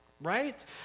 right